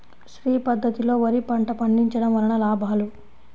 శ్రీ పద్ధతిలో వరి పంట పండించడం వలన లాభాలు?